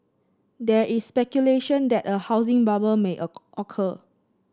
there is speculation that a housing bubble may occur